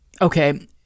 okay